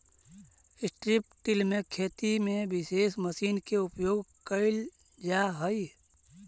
strip till में खेती में विशेष मशीन के उपयोग कैल जा हई